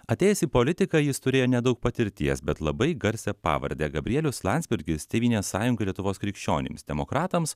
atėjęs į politiką jis turėjo nedaug patirties bet labai garsią pavardę gabrielius landsbergis tėvynės sąjunga lietuvos krikščionims demokratams